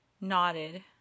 Nodded